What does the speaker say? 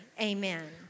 amen